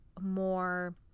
more